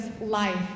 life